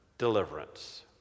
deliverance